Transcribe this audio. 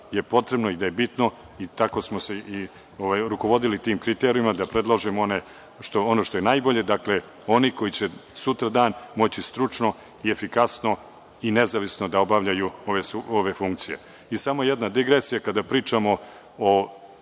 je potrebno i da je bitno, i tako smo se i rukovodili tim kriterijumima, da predložimo ono što je najbolje. Dakle, one koji će sutra moći stručno i efikasno i nezavisno da obavljaju ove funkcije.I samo jedna digresija. Kada pričamo o